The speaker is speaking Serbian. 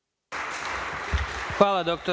Hvala doktore